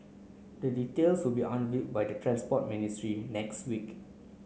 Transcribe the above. the details will be unveiled by the Transport Ministry next week